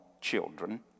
children